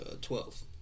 Twelve